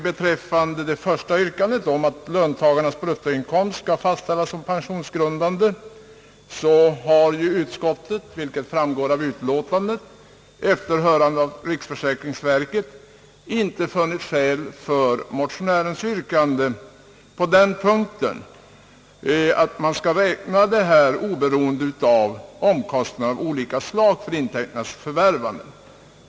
Beträffande det första yrkandet — att löntagarnas bruttoinkomst skall fastställas som pensionsgrundande — har utskottet, vilket framgår av utlåtandet, efter hörande av riksförsäkringsverket inte funnit skäl att tillstyrka att man skall medräkna hela inkomsten oberoende av omkostnader av olika slag för intäkternas förvärvande.